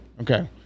Okay